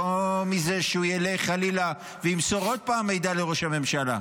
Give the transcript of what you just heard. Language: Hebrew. לא מזה שהוא ילך חלילה וימסור עוד פעם מידע לראש הממשלה,